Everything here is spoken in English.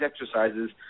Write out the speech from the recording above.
exercises